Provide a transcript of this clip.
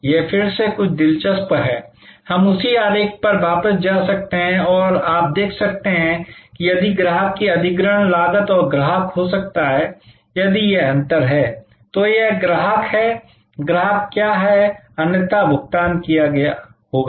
यह फिर से कुछ दिलचस्प है हम उसी आरेख पर वापस जा सकते हैं और आप देख सकते हैं कि यदि ग्राहक की अधिग्रहण लागत और ग्राहक हो सकता है यदि यह अंतर है तो यह ग्राहक है ग्राहक क्या है अन्यथा भुगतान किया होगा